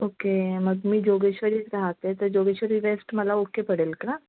okay मग मी जोगेश्वरीत राहते तर जोगेश्वरी वेस्ट मला ओके पडेल का